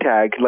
tag